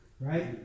Right